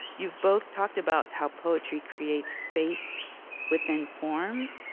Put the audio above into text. you've both talked about how poetry creates space within forms.